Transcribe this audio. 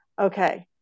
okay